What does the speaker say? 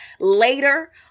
later